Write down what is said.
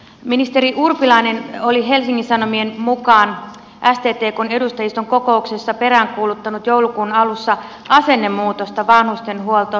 ministeri urpilainen oli helsingin sanomien mukaan sttkn edustajiston kokouksessa peräänkuuluttanut joulukuun alussa asennemuutosta vanhustenhuoltoon